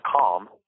calm